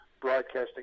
broadcasting